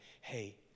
hey